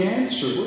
answer